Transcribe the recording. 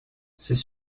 ces